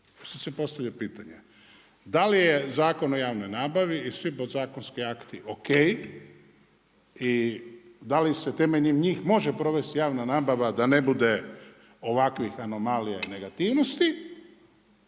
Sad se postavlja čitanje da li je Zakon o javnoj nabavi i svi podzakonski akti o.k. i da li se temeljem njih može provesti javna nabava da ne bude ovakvih anomalija i negativnosti.